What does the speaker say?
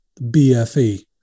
BFE